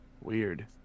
Weird